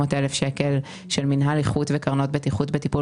500,000 שקל למינהל איכות וקרנות בטיחות בטיפול